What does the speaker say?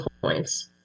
points